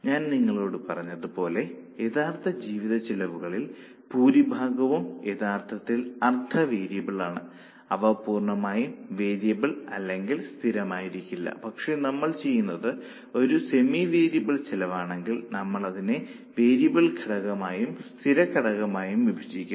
ഞാൻ നിങ്ങളോട് പറഞ്ഞതുപോലെ യഥാർത്ഥ ജീവിതച്ചെലവുകളിൽ ഭൂരിഭാഗവും യഥാർത്ഥത്തിൽ അർദ്ധ വേരിയബിളാണ് അവ പൂർണ്ണമായും വേരിയബിൾ അല്ലെങ്കിൽ സ്ഥിരമായിരിക്കില്ല പക്ഷേ നമ്മൾ ചെയ്യുന്നത് ഒരു സെമി വേരിയബിൾ ചെലവാണെങ്കിൽ നമ്മൾ അതിനെ വേരിയബിൾ ഘടകമായും സ്ഥിര ഘടകമായും വിഭജിക്കുന്നു